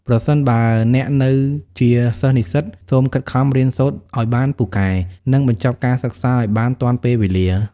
ប្រសិនបើអ្នកនៅជាសិស្សនិស្សិត សូមខិតខំ រៀនសូត្រឲ្យបានពូកែ និង បញ្ចប់ការសិក្សាឲ្យបានទាន់ពេលវេលា។